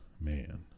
man